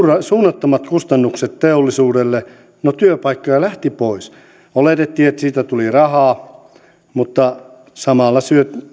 suunnattomat kustannukset teollisuudelle no työpaikkoja lähti pois oletettiin että siitä tuli rahaa mutta samalla